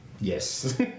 Yes